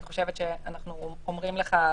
אני חושבת שאנחנו אומרים לך,